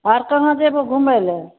आर कहाँ जेबहो घुमै लेल